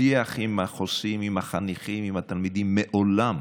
השיח עם החוסים, עם החניכים, עם התלמידים, לעולם